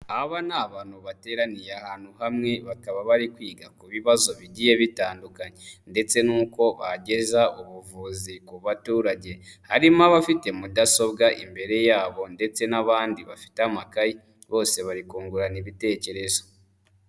Aba ni abantu bateraniye ahantu hamwe, bakaba bari kwiga ku bibazo bigiye bitandukanye ndetse n'uko bageza ubuvuzi ku baturage. Harimo abafite mudasobwa imbere yabo ndetse n'abandi bafite amakayi, bose bari kungurana ibitekerezo.